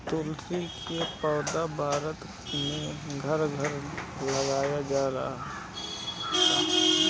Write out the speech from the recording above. तुलसी के पौधा भारत में घर घर लगावल जाला